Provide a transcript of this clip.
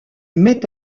met